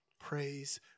Praise